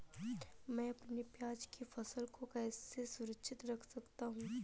मैं अपनी प्याज की फसल को कैसे सुरक्षित रख सकता हूँ?